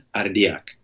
ardiak